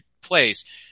place